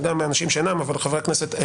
גם מהאנשים אבל חברי הכנסת,